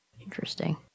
Interesting